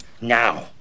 Now